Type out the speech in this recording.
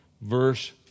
verse